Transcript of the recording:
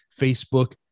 Facebook